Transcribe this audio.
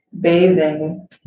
bathing